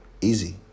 Easy